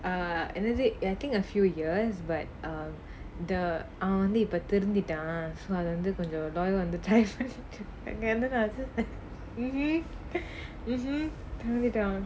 and that's it I think a few years but அவன் வந்து இப்போ திருந்திட்டான்:avan vanthu ippo thirunthittaan so அது வந்து அங்க இருந்து நான் வந்து:athu vanthu anga irunthu naan vanthu mmhmm mmhmm திருந்திட்டான்:thirunthittaan